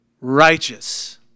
righteous